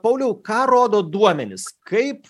pauliau ką rodo duomenys kaip